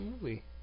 movie